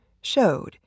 showed